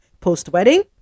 Post-wedding